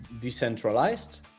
decentralized